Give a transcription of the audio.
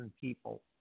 people